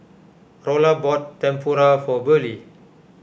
Rolla bought Tempura for Burley